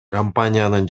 компаниянын